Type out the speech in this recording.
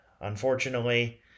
unfortunately